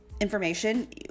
information